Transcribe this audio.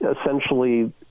essentially